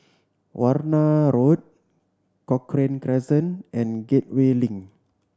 Warna Road Cochrane Crescent and Gateway Link